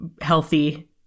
healthy